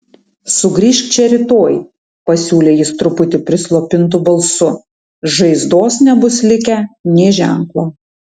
sugrįžk čia rytoj pasiūlė jis truputį prislopintu balsu žaizdos nebus likę nė ženklo